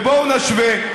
ובואו נשווה.